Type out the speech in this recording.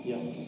Yes